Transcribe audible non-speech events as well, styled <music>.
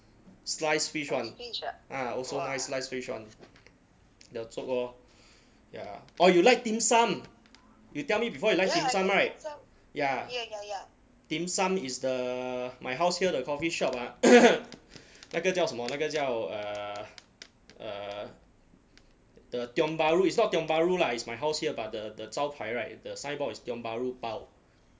sliced fish [one] ah also nice sliced fish [one] the zhouk orh ya or you like dim sum you tell me before you like dim sum [right] ya dim sum is the my house here the coffeeshop ah <coughs> 那个叫什么那个叫 err err the tiong bahru is not tiong bahru lah is my house here but the the 招牌 [right] the signboard is tiong bahru pau